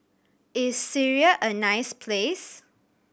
is Syria a nice place